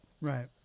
Right